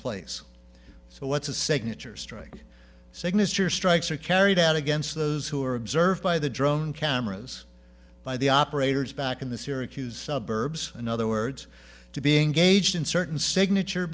place so what's a signature strike signature strikes are carried out against those who are observed by the drone cameras by the operators back in the syracuse suburbs in other words to being gauged in certain signature